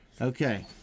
Okay